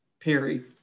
Perry